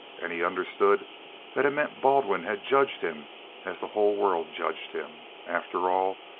and he understood that it meant baldwin had judged him as the whole world judged him. after all,